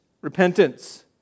repentance